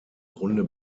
grunde